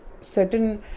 certain